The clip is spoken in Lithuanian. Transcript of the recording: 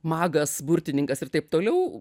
magas burtininkas ir taip toliau